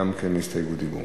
גם כן הסתייגות דיבור.